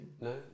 No